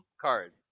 card